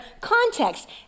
context